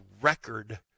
record